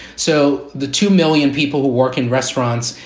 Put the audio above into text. so the two million people who work in restaurants,